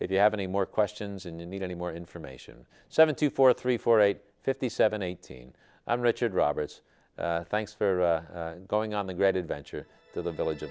if you have any more questions and you need any more information seven two four three four eight fifty seven eighteen i'm richard roberts thanks for going on the great adventure to the village